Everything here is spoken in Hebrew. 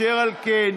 אשר על כן,